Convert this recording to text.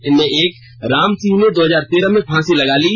इनमें से एक राम सिंह ने दो हजार तेरह में फांसी लगा ली